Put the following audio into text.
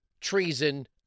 treason